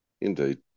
Indeed